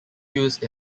used